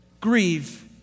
grieve